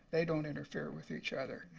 they don't interfere with each other.